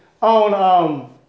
on